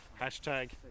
Hashtag